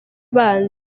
abanza